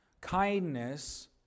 kindness